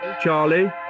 Charlie